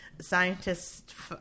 scientists